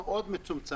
הוא מאוד מצומצם,